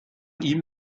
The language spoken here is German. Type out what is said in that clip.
ihm